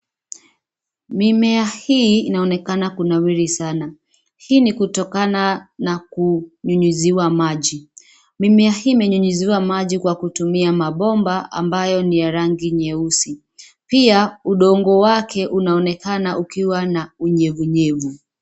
Mimea hii inaonekana kunawiri sana. Hii ni kutokana na kunyunyuziwa maji. Mimea hii imenyunyuziwa maji kwa kutumia mabomba ambayo niya rangi nyeusi. Pia udongo wake unaunekana ukiwa na unyevunyevu.